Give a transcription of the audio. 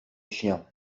chiens